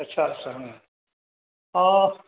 आस्सा आस्सा